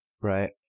right